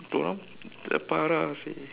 dia orang parah seh